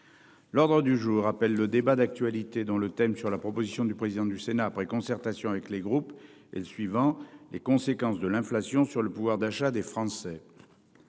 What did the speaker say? L'ordre du jour appelle le débat d'actualité dont le thème sur la proposition du président du Sénat après concertation avec les groupes et le suivant les conséquences de l'inflation sur le pouvoir d'achat des Français.